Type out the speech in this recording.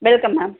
welcome ma'am